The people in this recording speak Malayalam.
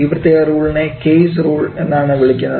ഈ പ്രത്യേകത റൂളിനെ കേയ്സ്സ് റൂൾ Kay's rule എന്നാണ് വിളിക്കുന്നത്